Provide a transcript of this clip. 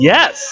Yes